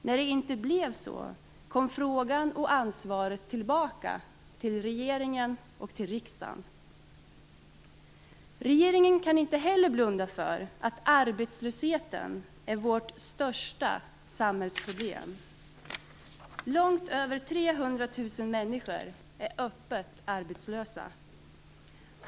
När det inte blev så kom frågan och ansvaret tillbaka till regeringen och riksdagen. Regeringen kan inte heller blunda för att arbetslösheten är vårt största samhällsproblem. Långt över 300 000 människor är öppet arbetslösa.